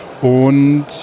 Und